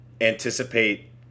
anticipate